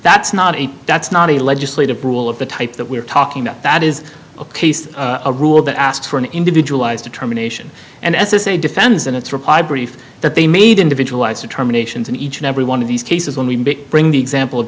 that's not a that's not a legislative rule of the type that we're talking about that is a rule that asks for an individualized determination and as a defense in its reply brief that they made individualized determinations in each and every one of these cases when we bring the example of